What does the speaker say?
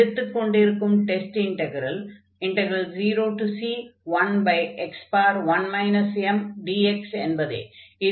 எடுத்துக் கொண்டிருக்கும் test integral 0c1x1 mdx என்பதே